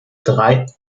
drei